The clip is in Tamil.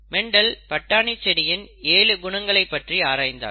மெண்டல் பட்டாணி செடியின் ஏழு குணங்களை பற்றி ஆராய்ந்தார்